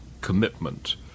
commitment